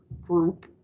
group